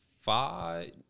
five –